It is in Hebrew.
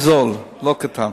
כסף זה הדבר הכי זול, לא קטן.